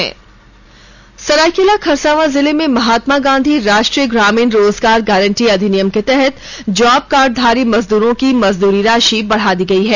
सरायकेला खरसावां जिले में महात्मा गांधी राष्ट्रीय ग्रामीण रोजगार गारंटी अधिनियम के तहत जॉब कार्ड धारी मजदूरों की मजदूरी राशि बढ़ा दी गई है